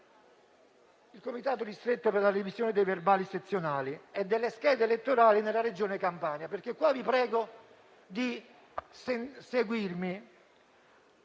del Comitato ristretto per la revisione dei verbali sezionali e delle schede elettorali nella Regione Campania. Vi prego di seguirmi.